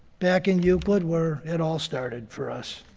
back in euclid where it all started for us.